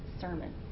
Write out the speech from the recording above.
sermon